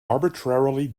arbitrarily